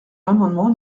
l’amendement